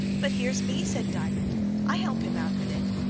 but here's me, said diamond i help him out with it.